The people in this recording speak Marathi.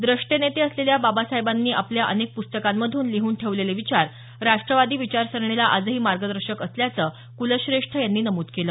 द्रष्टे नेते असलेल्या बाबासाहेबांनी आपल्या अनेक प्स्तकांमधून लिहून ठेवलेले विचार राष्ट्रवादी विचारसरणीला आजही मार्गदर्शक असल्याच क्लश्रेष्ठ यांनी नमूद केलं